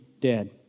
dead